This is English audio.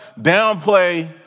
downplay